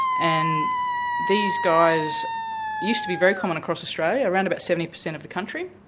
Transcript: and these guys used to be very common across australia, around about seventy percent of the country.